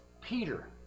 Peter